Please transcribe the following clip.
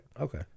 Okay